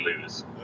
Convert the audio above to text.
lose